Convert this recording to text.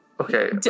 Okay